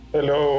Hello